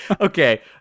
okay